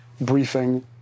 briefing